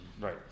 right